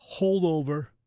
holdover